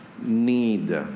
need